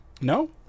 No